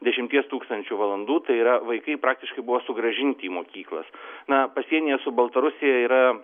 dešimties tūkstančių valandų tai yra vaikai praktiškai buvo sugrąžinti į mokyklas na pasienyje su baltarusija yra